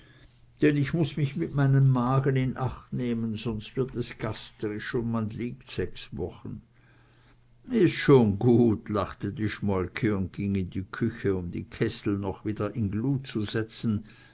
denn ich muß mich mit meinem magen in acht nehmen sonst wird es gastrisch und man liegt sechs wochen is schon gut lachte die schmolke und ging in die küche um den kessel noch wieder in die glut zu setzen